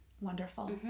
Wonderful